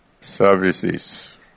services